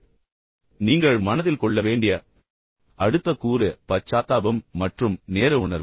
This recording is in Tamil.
எனவே நீங்கள் மனதில் கொள்ள வேண்டிய அடுத்த கூறு பச்சாத்தாபம் மற்றும் நேர உணர்வு